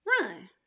run